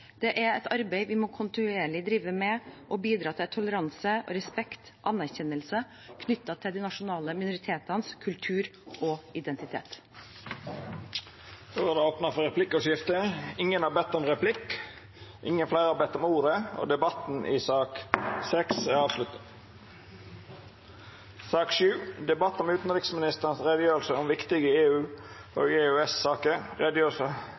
Det er et arbeid vi kontinuerlig må drive med, og slik bidra til toleranse, respekt og anerkjennelse knyttet til de nasjonale minoritetenes kultur og identitet. Fleire har ikkje bedt om ordet til sak nr. 6. Etter ynske frå utanriks- og forsvarskomiteen vil presidenten ordna debatten